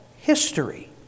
history